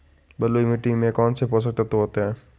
बलुई मिट्टी में कौनसे पोषक तत्व होते हैं?